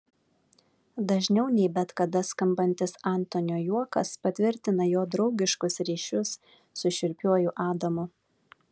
dažniau nei bet kada skambantis antonio juokas patvirtina jo draugiškus ryšius su šiurpiuoju adamu